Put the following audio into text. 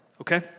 okay